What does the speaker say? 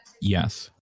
Yes